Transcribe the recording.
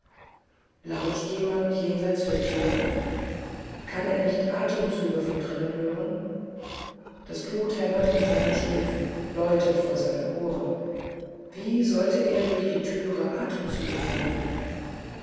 lauscht jemand jenseits der tür kann er nicht atemzüge von drinnen hören das blut hämmert in seinen schläfen läutet vor seinen ohren wie sollte er durch die tür atemzüge vernehmen